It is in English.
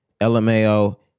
LMAO